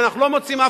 ואנחנו לא מוצאים אף,